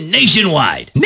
nationwide